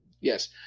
Yes